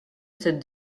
cette